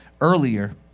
earlier